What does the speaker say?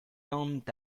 tendent